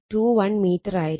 21 metre ആയിരിക്കും